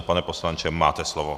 Pane poslanče, máte slovo.